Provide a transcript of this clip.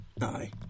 Aye